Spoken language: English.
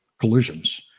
collisions